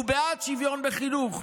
הוא בעד שוויון בחינוך,